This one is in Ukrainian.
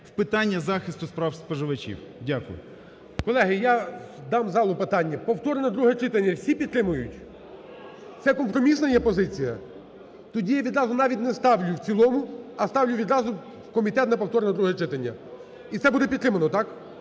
в питання захисту прав споживачів. Дякую. ГОЛОВУЮЧИЙ. Колеги, я дам залу питання: повторне друге читання всі підтримують? Це компромісна є позиція? Тоді відразу навіть не ставлю в цілому, а ставлю відразу в комітет на повторне друге читання. І це буде підтримано, так.